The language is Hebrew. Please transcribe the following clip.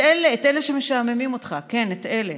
את אלה, את אלה שמשעממים אותך, כן, את אלה.